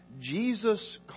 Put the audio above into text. Jesus